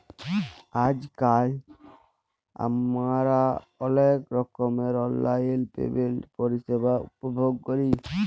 আইজকাল আমরা অলেক রকমের অললাইল পেমেল্টের পরিষেবা উপভগ ক্যরি